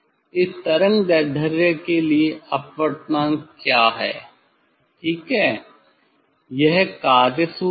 इस तरंग दैर्ध्य के लिए अपवर्तनांक क्या है ठीक है यह कार्य सूत्र है